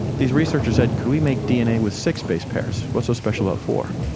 these researchers said could we make dna with six base pairs? what's so special about four?